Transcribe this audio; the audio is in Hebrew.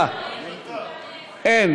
איציק שמולי,